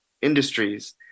industries